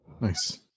Nice